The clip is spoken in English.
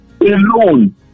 Alone